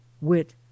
wit